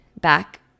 back